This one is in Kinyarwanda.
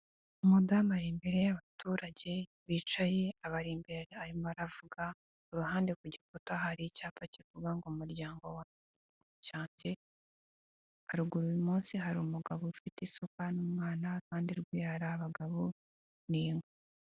Umubyeyi ari imbere y'abaturage bicaye, akaba abari imbere hanyuma aravuga iruhande kugikuta hari icyapa kivuga ngo umuryango wange . Iki cyapa kikaba kikaba gifite umugabo ufite isuka ndetse kandi hari mo inka.